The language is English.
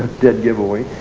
dead giveaway,